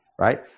right